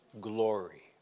glory